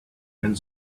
and